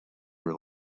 her